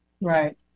Right